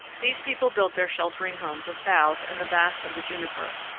these people built their sheltering homes of boughs and the bast of the juniper.